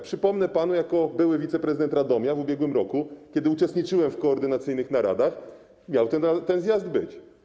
Przypomnę panu jako były wiceprezydent Radomia, że w ubiegłym roku, kiedy uczestniczyłem w koordynacyjnych naradach, miał ten zjazd być.